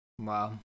Wow